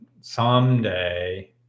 someday